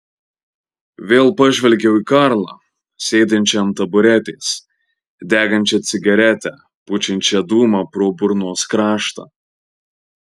vėl pažvelgiau į karlą sėdinčią ant taburetės degančią cigaretę pučiančią dūmą pro burnos kraštą